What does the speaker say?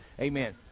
Amen